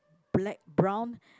black brown